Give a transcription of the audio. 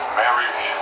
marriage